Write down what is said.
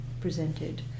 presented